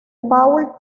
paul